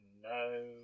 No